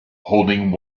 holding